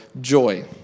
joy